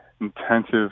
intensive